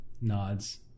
Nods